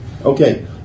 Okay